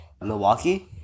Milwaukee